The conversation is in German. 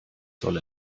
soll